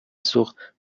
سوخت